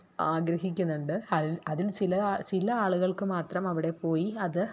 ആഗ്രഹിക്കുന്നുണ്ട് അൽ അതിൽ ചില ചില ആളുകൾക്കു മാത്രം അവിടെ പോയി അത്